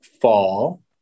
fall